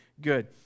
good